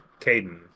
Caden